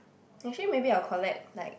actually maybe I'll collect like